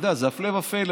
אתה יודע, זה הפלא ופלא.